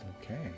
okay